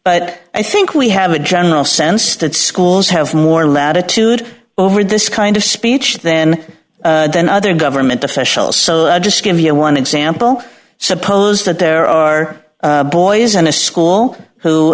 but i think we have a general sense that schools have more latitude over this kind of speech then than other government officials so i'll just give me one example suppose that there are boys on a school who